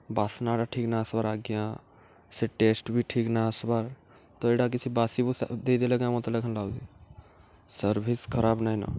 ବାସ୍ନାଟା ଠିକ୍ ନା ଆସ୍ବାର୍ ଆଜ୍ଞା ସେ ଟେଷ୍ଟ୍ ବି ଠିକ୍ ନା ଆସ୍ବାର୍ ତ ଇଟା କିଛି ବାସିବୁସା ଦେଇଦେଲେ କେଁ ମତେ ଲେଖେନ୍ ଲାଗୁଛେ ସର୍ଭିସ୍ ଖରାପ୍ ନାଇଁନ